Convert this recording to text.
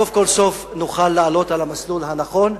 סוף כל סוף נוכל לעלות על המסלול הנכון.